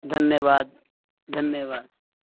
دھنیہ واد دھنیہ واد